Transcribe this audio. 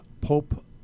Pope